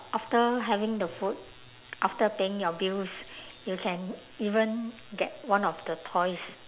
after having the food after paying your bills you can even get one of the toys